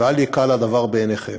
ואל יקל הדבר בעיניכם,